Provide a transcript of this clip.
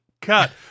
cut